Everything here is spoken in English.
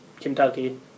Kentucky